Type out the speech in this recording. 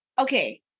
okay